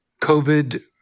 COVID